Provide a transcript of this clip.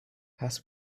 past